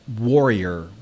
warrior